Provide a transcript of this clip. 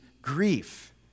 Grief